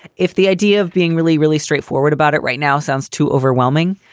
if the idea of being really, really straightforward about it right now sounds too overwhelming,